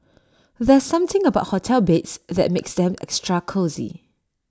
there's something about hotel beds that makes them extra cosy